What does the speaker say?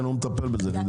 כן, הוא מטפל בזה.